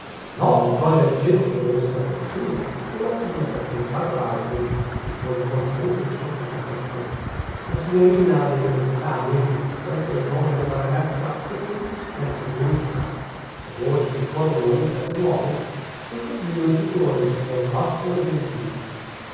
no tolga il cielo che io pensi una cosa simile o la dia per pensata da altri rispose prontamente il sottoprefetto la signorina adele ruzzani poichè questo è il nome della ragazza è qui sempre giusta le voci che corrono in castelnuovo col suo zio e tutore signor prospero gentili